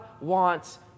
wants